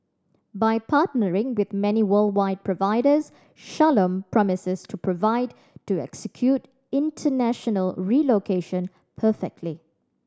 by partnering with many worldwide providers Shalom promises to provide to execute international relocation perfectly